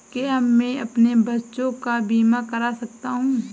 क्या मैं अपने बच्चों का बीमा करा सकता हूँ?